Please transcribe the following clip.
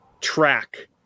track